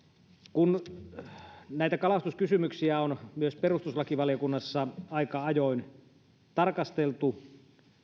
kun näitä kalastuskysymyksiä on myös perustuslakivaliokunnassa aika ajoin tarkasteltu